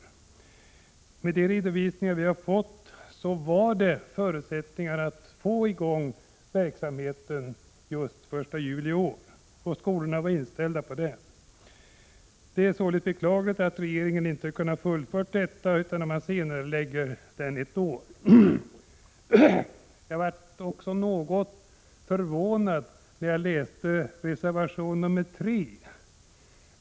Enligt de redovisningar som vi har fått var förutsättningen just den att verksamheten skulle sätta i gång den 1 juli i år; högskolorna var inställda på det. Det är således beklagligt att regeringen inte fullföljer dessa planer utan senarelägger starten ett år. Jag blev också något förvånad då jag läste reservation nr 3.